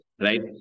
right